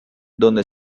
donde